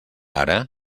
ara